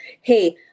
hey